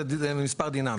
זה מספר דינמי.